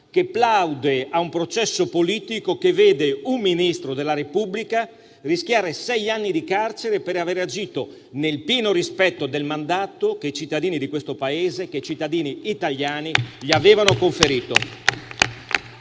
che plaude a un processo politico che vede un Ministro della Repubblica rischiare sei anni di carcere per aver agito nel pieno rispetto del mandato che i cittadini di questo Paese gli avevano conferito.